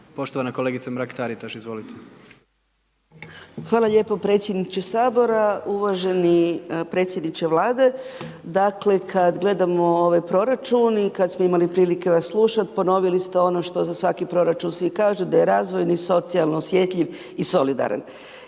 Poštovana kolegica Mrak-Taritaš, izvolite. **Mrak-Taritaš, Anka (GLAS)** Hvala lijepo predsjedniče Sabora, uvaženi predsjedniče Vlade. Dakle, kad gledamo ovaj proračun i kad smo imali prilike vas slušat, ponovili ste ono što za svaki proračun svi kažu da je razvojni, socijalno osjetljiv i solidaran.